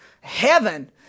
heaven